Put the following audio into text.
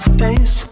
face